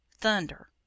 thunder